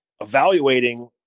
evaluating